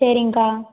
சரிங்க்கா